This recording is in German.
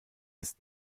ist